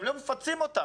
גם לא מפצים אותם.